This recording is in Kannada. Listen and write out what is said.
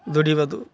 ದುಡಿವುದು